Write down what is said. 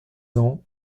ans